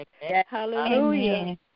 Hallelujah